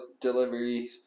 delivery